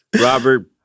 Robert